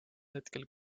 hetkel